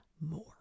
more